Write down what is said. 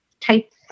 type